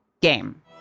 game